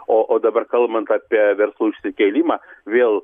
o o dabar kalbant apie verslo išsikėlimą vėl